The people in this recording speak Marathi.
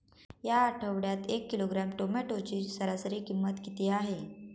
या आठवड्यात एक किलोग्रॅम टोमॅटोची सरासरी किंमत किती आहे?